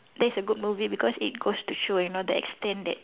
that's a good movie because it goes to show you know the extent that